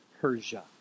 Persia